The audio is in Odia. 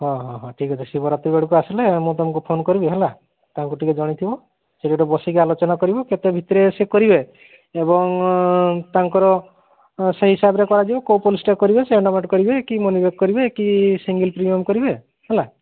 ହଁ ହଁ ହଁ ଠିକ୍ କଥା ଶିବରାତ୍ରୀ ବେଳକୁ ଆସିଲେ ମୁଁ ତମକୁ ଫୋନ୍ କରିବି ହେଲା ତାଙ୍କୁ ଟିକେ ଜଣାଇ ଥିବେ ସେଇଟା ଟିକେ ବସିକରି ଆଲୋଚନା କରିବ କେତେ ଭିତରେ ସେ କରିବେ ଏବଂ ତାଙ୍କର ସେହି ହିସାବରେ କରାଯିବ କେଉଁ ପଲିସିଟା କରିବେ ସେ ଏଣ୍ଡାମେଣ୍ଟ୍ କରିବେ କି ମନି ବ୍ୟାକ୍ କରିବେ କି ସିଙ୍ଗଲ୍ ପ୍ରିମିୟମ୍ କରିବେ ହେଲା